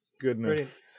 Goodness